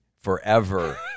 forever